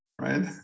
right